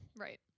Right